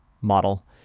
model